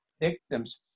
victims